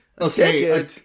Okay